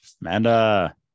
Amanda